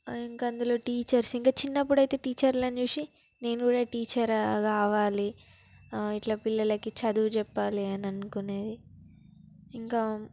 ఇంకా అందులో టీచర్స్ ఇంకా చిన్నప్పుడైతే టీచర్లను చూసి నేను కూడా టీచర్ కావాలి ఇట్లా పిల్లలకి చదువు చెప్పాలి అని అనుకునేది ఇంకా